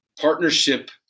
partnership